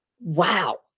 wow